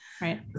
Right